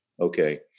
Okay